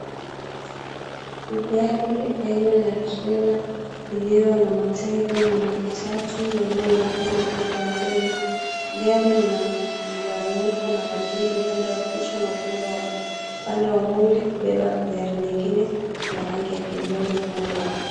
Gari aina ya trela ilio na matairi matatu yanayoonekana upande wa mbele. Gari lina mgawanyiko mara mbili upande wa kichwa na upande wa mwili. Upande wa mwili kubeba gari lingine la rangi ya kijani upande wa juu.